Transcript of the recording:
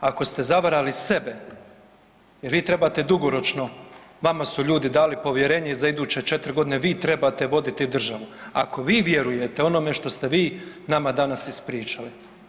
Ako ste zavarali sebe jer vi trebate dugoročno, vama su ljudi dali povjerenje za iduće 4.g., vi trebate voditi državu, ako vi vjerujete onome što ste vi nama danas ispričali.